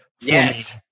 Yes